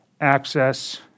access